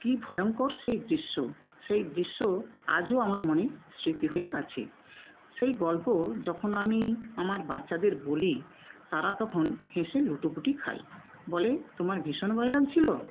কী ভয়ঙ্কর সেই দৃশ্য সেই দৃশ্য আজও আমার মনে স্মৃতি হয়ে আছে সেই গল্প যখন আমি আমার বাচ্চাদের বলি তারা তখন হেসে লুটোপুটি খায় বলে তোমার ভীষণ ভয় লাগছিল